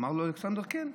אמר לו אלכסנדר: כן.